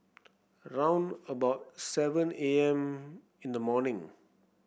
round about seven A M in the morning